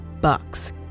bucks